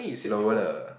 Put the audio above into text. lower the